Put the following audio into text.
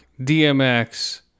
DMX